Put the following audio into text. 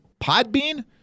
Podbean